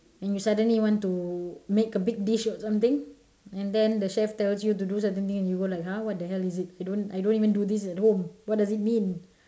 and you suddenly want to make a big dish or something and then the chef tells you to do certain things and you go like !huh! what the hell is it I don't I don't even do this at home what does it mean